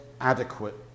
adequate